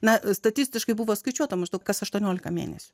na statistiškai buvo skaičiuota maždaug kas aštuoniolika mėnesių